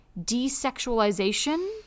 desexualization